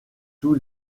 tous